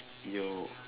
yo